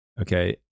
Okay